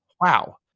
wow